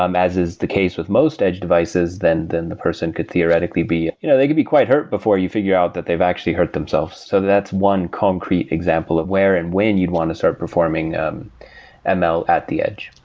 um as is the case with most edge devices, then then the person could theoretically be you know they could be quite hurt before you figure out that they've actually hurt themselves. so that's one concrete example of where and when you'd want to start performing um and ml at the edge